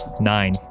nine